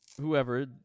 whoever